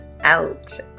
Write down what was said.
out